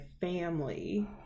family